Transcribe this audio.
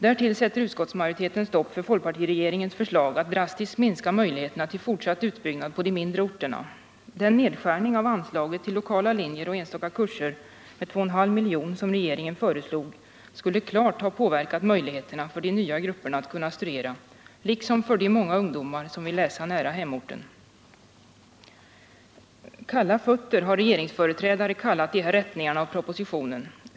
Därtill sätter utskottsmajoriteten stopp för fp-regeringens förslag att drastiskt minska möjligheterna till fortsatt utbyggnad på de mindre orterna. Den nedskärning av anslaget till lokala linjer och enstaka kurser med 2,5 milj.kr. som regeringen föreslog skulle klart ha påverkat möjligheterna för de nya grupperna att kunna studera liksom möjligheterna för de många ungdomar som vill läsa nära hemorten. Kalla fötter har regeringsföreträdare kallat de här ändringarna av propositionen.